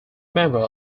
member